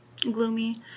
gloomy